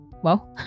Whoa